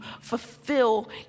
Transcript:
fulfill